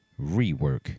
rework